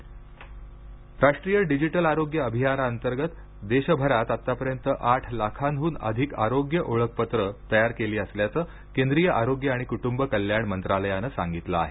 digital mission राष्ट्रीय digital आरोग्य अभियानाअंतर्गत देशभरात आतापर्यंत आठ लाखांहून अधिक आरोग्य ओळखपत्रं तयार केली असल्याचं केंद्रीय आरोग्य आणि कुटुंब कल्याण मंत्रालयानं सांगितलं आहे